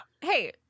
Hey